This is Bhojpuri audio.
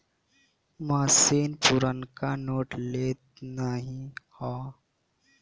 मसीन पुरनका नोट लेत नाहीं हौ